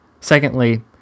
secondly